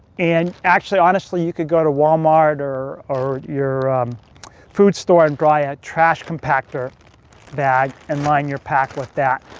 and actually, honestly, you could go to walmart, or or your food store and buy a trash compactor bag, and line your pack with that.